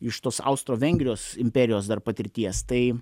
iš tos austro vengrijos imperijos dar patirties tai